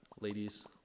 Ladies